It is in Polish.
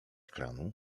kranu